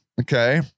Okay